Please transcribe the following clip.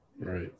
Right